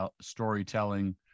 storytelling